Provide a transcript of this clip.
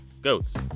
Goats